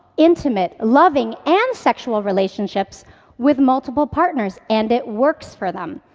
intimate, loving, and sexual relationships with multiple partners and it works for them.